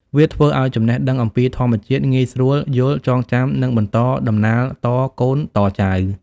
វាធ្វើឲ្យចំណេះដឹងអំពីធម្មជាតិងាយស្រួលយល់ ចងចាំ និងបន្តដំណាលតកូនតចៅ។